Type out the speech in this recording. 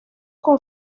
con